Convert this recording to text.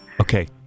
Okay